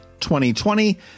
2020